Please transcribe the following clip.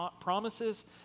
promises